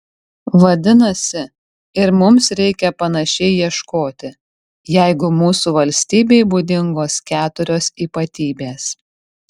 vadinasi ir mums reikia panašiai ieškoti jeigu mūsų valstybei būdingos keturios ypatybės